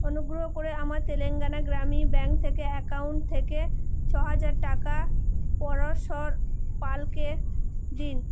অনুগ্রহ করে আমার তেলাঙ্গানা গ্রামীণ ব্যাঙ্ক কে অ্যাকাউন্ট থেকে ছ হাজার টাকা পরাশর পালকে দিন